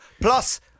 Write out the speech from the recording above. Plus